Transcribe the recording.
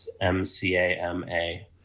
M-C-A-M-A